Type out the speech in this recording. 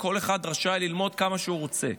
כל אחד רשאי ללמוד כמה שהוא רוצה,